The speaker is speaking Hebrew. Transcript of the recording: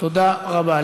תודה רבה.